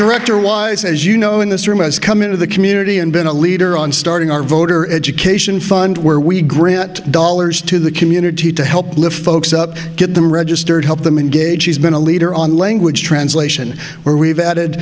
director wise as you know in this room has come into the community and been a leader on starting our voter education fund where we grant dollars to the community to help lift folks up get them registered help them engage he's been a leader on language translation where we've added